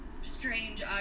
strange